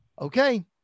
okay